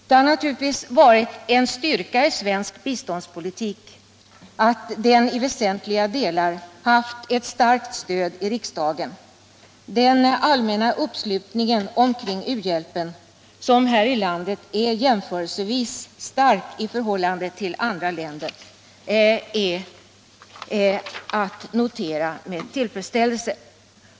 Det har naturligtvis varit en styrka i svensk biståndspolitik att den i väsentliga delar haft ett starkt stöd i riksdagen. Den allmänna uppslutningen kring u-hjälpen, som här i landet är jämförelsevis stark i förhållande till vad som är fallet i andra länder, är att notera med tillfredsställelse.